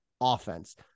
offense